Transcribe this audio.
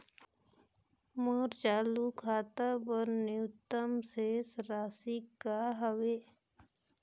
मोर चालू खाता बर न्यूनतम शेष राशि का हवे?